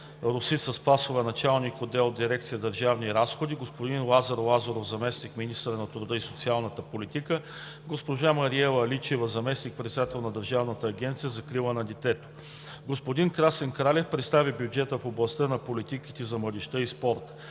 Росица Спасова – началник на отдел в дирекция „Държавни разходи“, господин Лазар Лазаров – заместник-министър на труда и социалната политика, госпожа Мариела Личева – заместник-председател на Държавната агенция за закрила на детето. Господин Красен Кралев представи бюджета в областта на политиките за младежта и спорта.